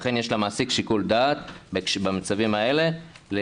לכן יש למעסיק שיקול דעת במצבים האלה.